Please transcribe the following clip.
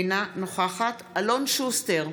אינה נוכחת אלון שוסטר,